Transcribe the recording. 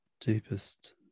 deepest